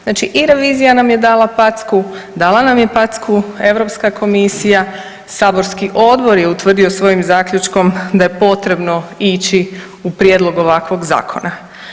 Znači i revizija nam je dala packu, dala nam je packu Europska komisija, saborski odbor je utvrdio svojim zaključkom da je potrebno ići u prijedlog ovakvog zakona.